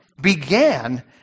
began